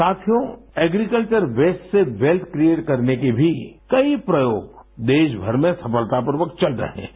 साथियो agriculture waste से wealth create करने के भी कई प्रयोग देशभर में सफलतापूर्वक चल रहे हैं